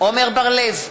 עמר בר-לב,